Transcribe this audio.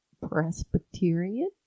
presbyterian